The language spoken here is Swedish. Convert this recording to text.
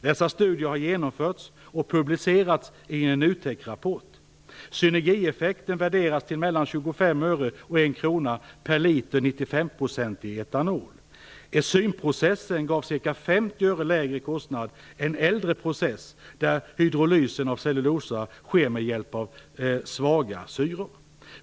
Dessa studier har genomförts och publicerats i en NUTEK-rapport. Synergieffekten värderades till mellan 25 öre och 1 krona per liter 95-procentig etanol. Enzymprocessen gav ca 50 öre lägre kostnad än en äldre process, där hydrolysen av cellulosa sker med hjälp av svaga syror.